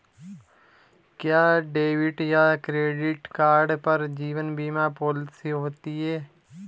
क्या डेबिट या credit card पर जीवन बीमा पॉलिसी होती है?